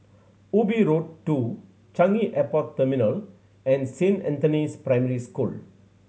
Ubi Road Two Changi Airport Terminal and Saint Anthony's Primary School